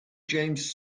james